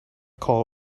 call